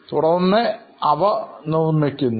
തുടർന്ന് അവ നിർമിക്കുന്നു